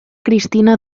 cristina